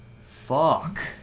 Fuck